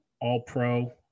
All-Pro